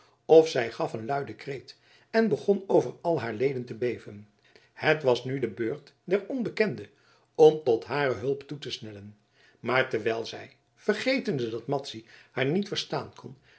of zij gaf een luiden kreet en begon over al haar leden te beven het was nu de beurt der onbekende om tot hare hulp toe te snellen maar terwijl zij vergetende dat madzy haar niet verstaan kon